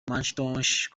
macintosh